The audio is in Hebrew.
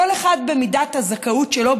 כל אחד לפי מידת הזכאות שלו,